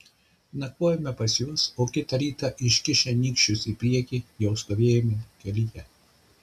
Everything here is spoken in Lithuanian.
nakvojome pas juos o kitą rytą iškišę nykščius į priekį jau stovėjome kelyje